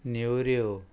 नेवऱ्यो